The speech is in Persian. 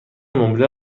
مبله